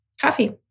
Coffee